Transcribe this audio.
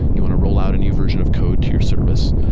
you want to roll out a new version of code to your service,